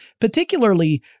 particularly